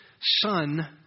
son